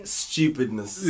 stupidness